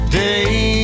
day